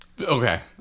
Okay